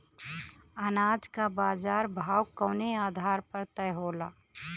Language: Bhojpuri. अनाज क बाजार भाव कवने आधार पर तय होला?